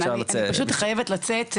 אני פשוט חייבת לצאת,